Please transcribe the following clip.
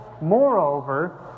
Moreover